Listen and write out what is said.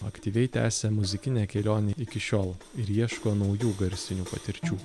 aktyviai tęsia muzikinę kelionę iki šiol ir ieško naujų garsinių patirčių